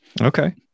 Okay